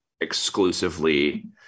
exclusively